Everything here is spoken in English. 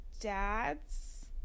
dad's